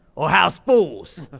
or house bulls?